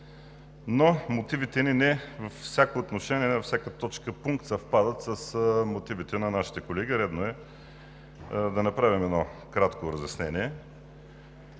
Но мотивите ни не във всяко отношение, във всяка точка, пункт съвпадат с мотивите на нашите колеги – редно е да направим кратко разяснение.